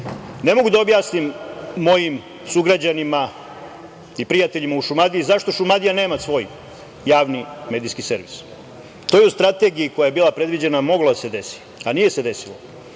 mogu da objasnim mojim sugrađanima i prijateljima u Šumadiji zašto Šumadija nema svoj javni medijski servis. To je u strategiji koja je bila predviđena mogla da se desi, a nije se desilo,